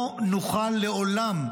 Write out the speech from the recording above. לא נוכל לעולם,